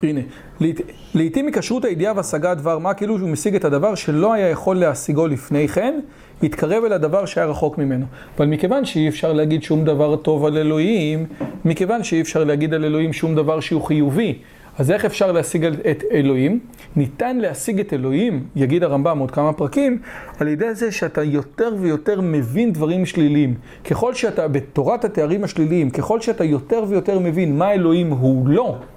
הנה, לעתים הקשרות הידיעה והשגה הדבר, מה, כאילו הוא משיג את הדבר שלא היה יכול להשיגו לפני כן, יתקרב אל הדבר שהיה רחוק ממנו. אבל מכיוון שאי אפשר להגיד שום דבר טוב על אלוהים, מכיוון שאי אפשר להגיד על אלוהים שום דבר שהוא חיובי, אז איך אפשר להשיג את אלוהים, ניתן להשיג את אלוהים. יגיד הרמב״ם עוד כמה פרקים, על ידי זה שאתה יותר ויותר מבין דברים שלילים. ככל שאתה, בתורת התארים השליליים, ככל שאתה יותר ויותר מבין מה אלוהים הוא לא.